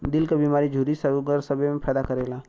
दिल क बीमारी झुर्री सूगर सबे मे फायदा करेला